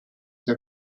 der